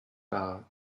par